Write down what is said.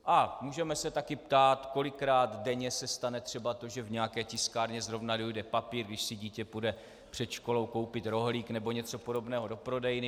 A můžeme se také ptát, kolikrát denně se stane třeba to, že v nějaké tiskárně zrovna dojde papír, když si dítě půjde před školou koupit rohlík nebo něco podobného do prodejny.